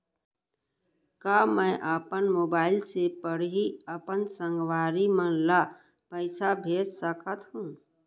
का मैं अपन मोबाइल से पड़ही अपन संगवारी मन ल पइसा भेज सकत हो?